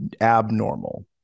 abnormal